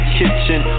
kitchen